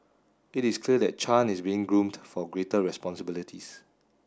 it is clear that Chan is being groomed for greater responsibilities